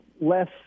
less